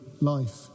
life